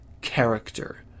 character